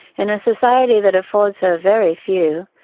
in a society that affords her very few,